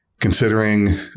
considering